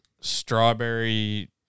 strawberry